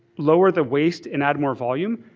lower the waste, and add more volume,